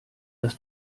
das